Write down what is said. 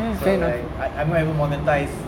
so like I I'm not even monetised